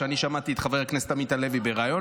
אני שמעתי את חבר הכנסת עמית הלוי בריאיון